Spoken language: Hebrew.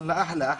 עוד יותר גרוע,